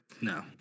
No